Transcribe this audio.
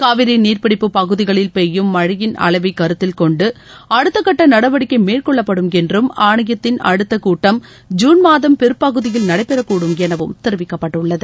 காவிரி நீர்ப்பிடிப்பு பகுதிகளில் பெய்யும் மழையின் அளவை கருத்தில் கொண்டு அடுத்தக்கட்ட நடவடிக்கை மேற்கொள்ளப்படும் என்றும் ஆணையத்தின் அடுத்த கூட்டம் ஜூன் மாதம் பிற்பகுதியில் நடைபெறக்கூடும் எனவும் தெரிவிக்கப்பட்டுள்ளது